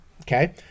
Okay